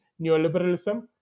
neoliberalism